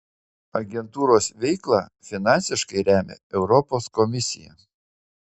agentūros veiklą finansiškai remia europos komisija